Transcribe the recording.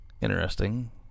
interesting